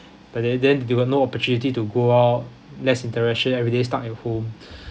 but then then there were no opportunity to go out less interaction everyday stuck at home